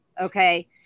Okay